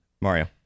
Mario